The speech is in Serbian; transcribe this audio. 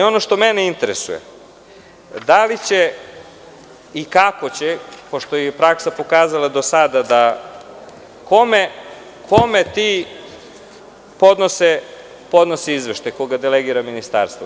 Ono što mene interesuje, da li će i kako će, pošto je praksa pokazala do sada, kome podnose izveštaj, pošto ih delegira ministarstvo?